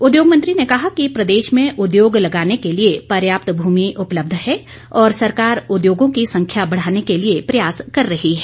उद्योग मंत्री ने कहा कि प्रदेश में उद्योग लगाने के लिए पर्याप्त भूमि उपलब्ध है और सरकार उद्योगों की संख्या बढ़ाने के लिए प्रयास कर रही है